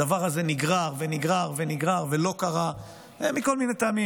הדבר הזה נגרר ונגרר ולא קרה מכל מיני טעמים,